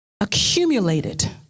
accumulated